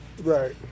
Right